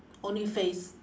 only face